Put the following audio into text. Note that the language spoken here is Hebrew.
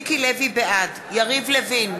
אינו נוכח מיקי לוי, בעד יריב לוין,